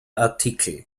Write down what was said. artikel